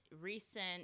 recent